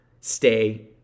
stay